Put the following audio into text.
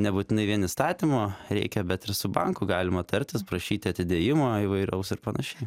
nebūtinai vien įstatymo reikia bet ir su banku galima tartis prašyti atidėjimo įvairaus ir panašiai